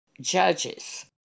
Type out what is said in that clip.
judges